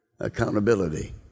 Accountability